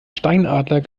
steinadler